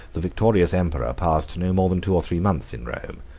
the victorious emperor passed no more than two or three months in rome,